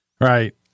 Right